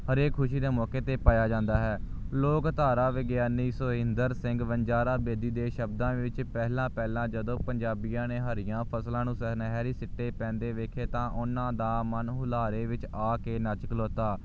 ਹਰੇਕ ਖੁਸ਼ੀ ਦੇ ਮੌਕੇ 'ਤੇ ਪਾਇਆ ਜਾਂਦਾ ਹੈ ਲੋਕ ਧਾਰਾ ਵਿਗਿਆਨੀ ਸੋਹਿੰਦਰ ਸਿੰਘ ਵਣਜਾਰਾ ਬੇਦੀ ਦੇ ਸ਼ਬਦਾਂ ਵਿੱਚ ਪਹਿਲਾਂ ਪਹਿਲਾਂ ਜਦੋਂ ਪੰਜਾਬੀਆਂ ਨੇ ਹਰੀਆਂ ਫਸਲਾਂ ਨੂੰ ਸੁਨਹਿਰੀ ਛਿੱਟੇ ਪੈਂਦੇ ਵੇਖੇ ਤਾਂ ਉਹਨਾਂ ਦਾ ਮਨ ਹੁਲਾਰੇ ਵਿੱਚ ਆ ਕੇ ਨੱਚ ਖਲੋਤਾ